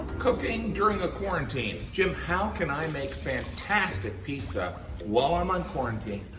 cooking during a quarantine. jim, how can i make fantastic pizza while i'm on quarantine?